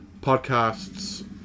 podcasts